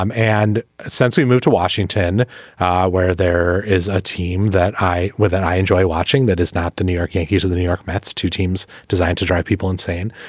um and since we moved to washington where there is a team that i wear that i enjoy watching that is not the new york yankees or the new york mets two teams designed to drive people insane.